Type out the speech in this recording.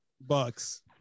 Bucks